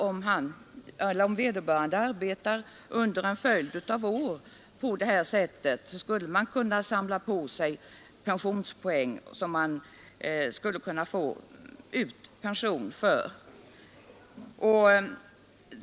Om vederbörande arbetar under en följd av år på det här sättet skulle han kunna samla på sig pensionspoäng för vilka han skulle kunna få ut pension.